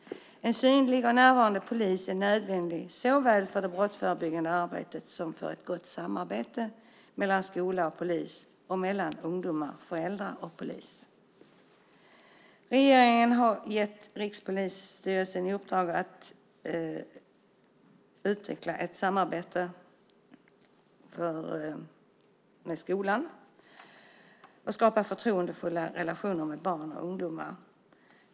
En synlig och närvarande polis är nödvändigt såväl för det brottsförebyggande arbetet som för ett gott samarbete mellan skola och polis och mellan ungdomarna själva och polisen. Regeringen har gett Rikspolisstyrelsen i uppdrag att utveckla ett samarbete med skolan och skapa förtroendefulla relationer med barn och ungdomar.